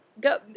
go